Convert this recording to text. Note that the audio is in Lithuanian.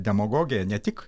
demagogija ne tik